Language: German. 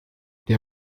der